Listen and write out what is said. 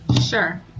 Sure